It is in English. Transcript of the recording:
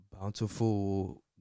bountiful